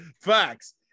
Facts